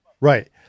right